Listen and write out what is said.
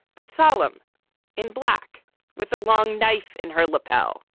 but solemn in black with a long knife in her lapel.